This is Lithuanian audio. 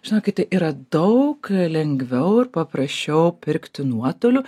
žinokite yra daug lengviau ir paprasčiau pirkti nuotoliu